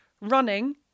running